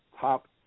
top